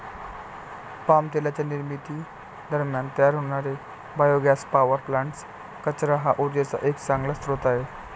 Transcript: palm तेलाच्या निर्मिती दरम्यान तयार होणारे बायोगॅस पॉवर प्लांट्स, कचरा हा उर्जेचा एक चांगला स्रोत आहे